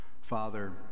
Father